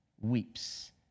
weeps